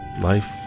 Life